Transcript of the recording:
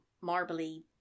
marbly